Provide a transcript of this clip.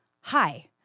hi